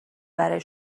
برای